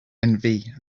envy